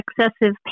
excessive